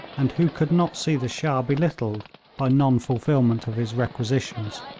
and who could not see the shah belittled by non-fulfilment of his requisitions.